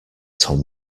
tom